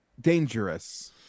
dangerous